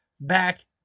back